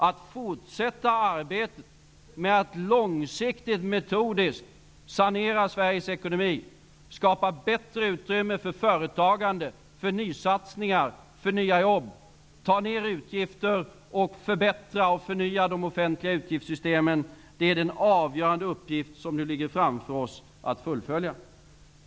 Att fortsätta arbetet med att långsiktigt och metodiskt sanera Sveriges ekonomi, skapa bättre utrymme för företagande, för nya satsningar, för nya jobb, att ta ner utgifter och förbättra och förnya de offentliga utgiftssystemen, är den avgörande uppgift som nu ligger framför oss att fullfölja.